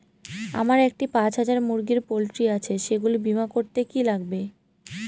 আমার একটি পাঁচ হাজার মুরগির পোলট্রি আছে সেগুলি বীমা করতে কি লাগবে?